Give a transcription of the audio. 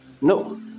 no